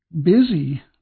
busy